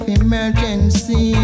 emergency